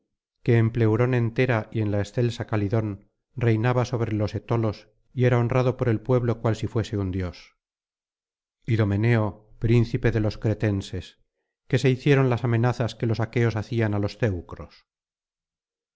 que en pleurón entera y en la excelsa calidón reinaba sobre los etolos y era honrado por el pueblo cual si fuese un dios yme príncipe de los cretenses qué se hicieron las amenazas que los aqueos hacían á los teucros